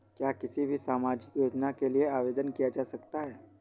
क्या किसी भी सामाजिक योजना के लिए आवेदन किया जा सकता है?